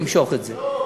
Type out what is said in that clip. הוא ימשוך את זה.